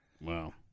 Wow